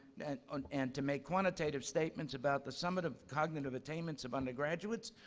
and um and to make quantitative statements about the summative cognitive attainments of undergraduates,